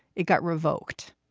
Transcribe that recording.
it got revoked.